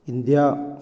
India